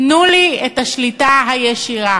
תנו לי את השליטה הישירה,